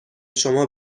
شما